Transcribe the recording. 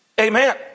Amen